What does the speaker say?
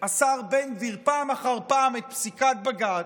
השר בן גביר פעם אחר פעם את פסיקת בג"ץ,